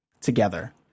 together